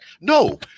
No